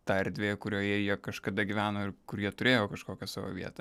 ta erdvė kurioje jie kažkada gyveno ir kur jie turėjo kažkokią savo vietą